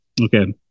Okay